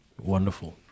wonderful